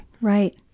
Right